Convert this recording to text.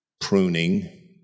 pruning